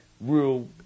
real